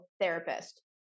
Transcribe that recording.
therapist